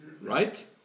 right